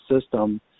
system